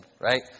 Right